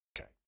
Okay